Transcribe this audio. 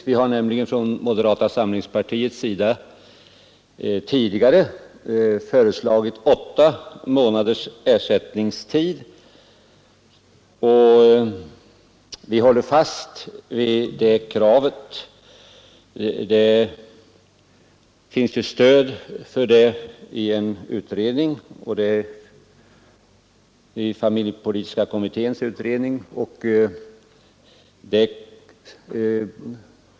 Vi har från moderata samlingspartiet tidigare föreslagit åtta månaders ersättningstid, och vi håller fast vid det kravet. Det finns också stöd för detta i familjepolitiska kommitténs utredning.